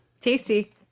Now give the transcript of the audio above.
Tasty